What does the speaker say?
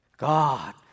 God